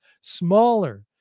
smaller